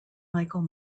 michael